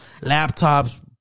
Laptops